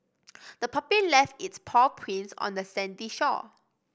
the puppy left its paw prints on the sandy shore